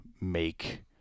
make